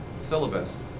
syllabus